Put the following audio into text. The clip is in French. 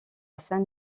san